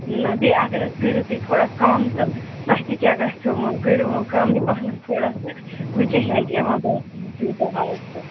نہ بیٚیہِ اگر حظ کٔرِو تُہۍ تھوڑا کم تہٕ تۄہہِ تہِ کیاہ گَژھِوٕ وۄنۍ کٔرِو وۄنۍ کَمٕے پَہَم تھوڑا سا ؤنۍ کیاہ چھُ اتہِ یِوان بازرٕ منٛز تیٚوتاہ آز تہٕ